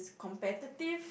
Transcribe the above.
competitive